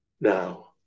now